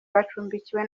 bacumbikiwe